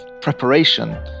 preparation